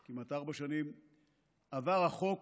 ישיבות קל"ה קל"ז / כ"ח ל' באייר התשפ"ב